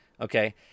Okay